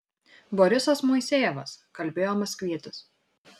borisas moisejevas kalbėjo maskvietis